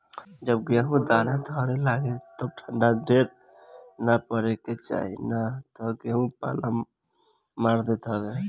जब गेहूँ दाना धरे लागे तब ठंडा ढेर ना पड़े के चाही ना तऽ गेंहू पाला मार देत हवे